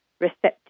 receptive